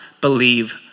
believe